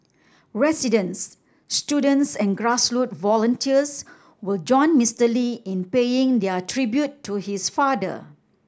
residents students and grassroots volunteers will join Mister Lee in paying their tribute to his father